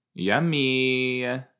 Yummy